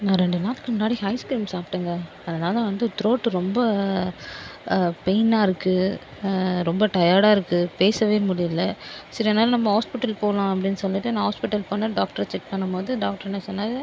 நான் ரெண்டு நாள்க்கு முன்னாடி ஐஸ்க்ரீம் சாப்பிடேங்க அதனால் வந்து த்ரோட்டு ரொம்ப பெயினாக இருக்கு ரொம்ப டயர்டாக இருக்கு பேசவே முடியல சில நேரம் நம்ப ஹாஸ்பிட்டல் போகலாம் அப்டின்னு சொல்லிவிட்டு நான் ஹாஸ்பிட்டல் போனேன் டாக்டர் செக் பண்ணும் போது டாக்ரு என்ன சொன்னார்